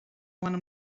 want